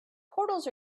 portals